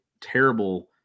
terrible